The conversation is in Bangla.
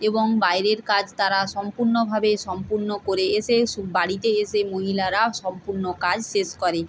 এবং বাইরের কাজ তারা সম্পূর্ণভাবে সম্পূর্ণ করে এসে বাড়িতে এসে মহিলারাও সম্পূর্ণ কাজ শেষ করে